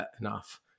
enough